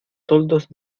toldos